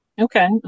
Okay